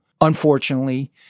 unfortunately